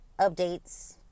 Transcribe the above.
updates